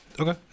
Okay